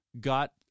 got